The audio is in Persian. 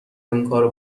اونکارو